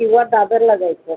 किंवा दादरला जायचं